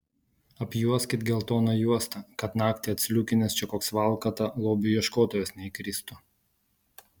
apjuoskit geltona juosta kad naktį atsliūkinęs čia koks valkata lobių ieškotojas neįkristų